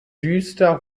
düster